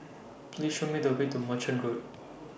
Please Show Me The Way to Merchant Road